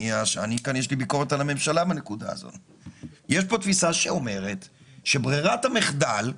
הביקורת שלי היא על הממשלה שאומרת שברירת המחדל,